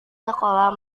sekolah